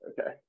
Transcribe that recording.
Okay